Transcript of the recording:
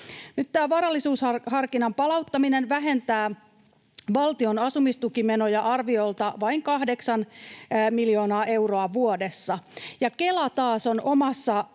varallisuusharkinnan palauttaminen vähentää valtion asumistukimenoja arviolta vain kahdeksan miljoonaa euroa vuodessa. Ja Kela taas on omassa